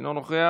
אינו נוכח,